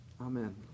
Amen